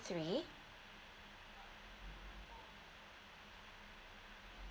three